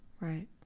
Right